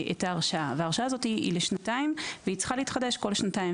זה שונה בקהילה.